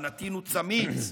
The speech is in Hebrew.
והנתין הוא צמית.